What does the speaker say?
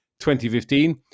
2015